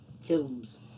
films